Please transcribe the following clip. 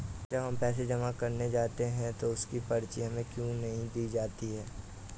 जब हम पैसे जमा करने जाते हैं तो उसकी पर्ची हमें क्यो नहीं दी जाती है?